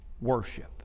worship